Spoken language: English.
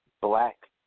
black